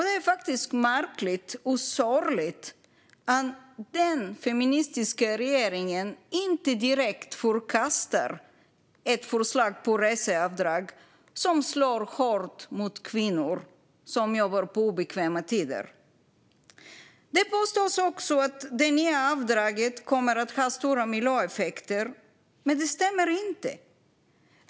Det är märkligt och sorgligt att den feministiska regeringen inte direkt förkastar ett förslag på reseavdrag som slår hårt mot kvinnor som jobbar på obekväma tider. Det påstås att det nya avdraget kommer att få stora miljöeffekter. Men det stämmer inte.